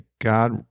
God